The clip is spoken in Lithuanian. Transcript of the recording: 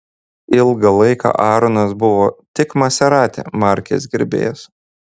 ilgą laiką aaronas buvo tik maserati markės gerbėjas